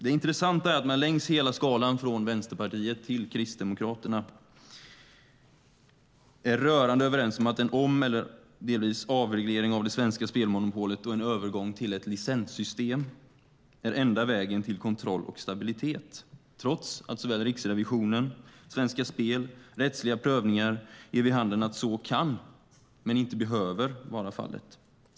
Det intressanta är att man längs hela skalan från Vänsterpartiet till Kristdemokraterna är rörande överens om att en omreglering eller delvis avreglering av det svenska spelmonopolet och en övergång till ett licenssystem är den enda vägen till kontroll och stabilitet - trots att Riksrevisionen, Svenska Spel och rättsliga prövningar ger vid handen att så kan men inte behöver vara fallet.